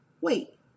Wait